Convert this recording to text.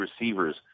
receivers